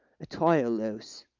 a tile loose.